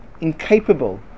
incapable